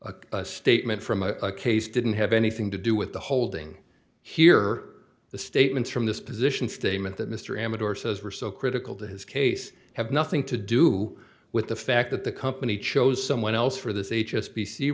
that a statement from a case didn't have anything to do with the holding here the statements from this position statement that mr amador says were so critical to his case have nothing to do with the fact that the company chose someone else for th